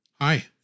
Hi